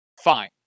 fine